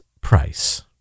price